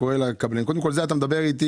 על זה אנחנו מדברים.